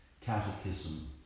catechism